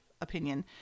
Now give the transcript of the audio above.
opinion